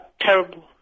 terrible